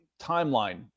timeline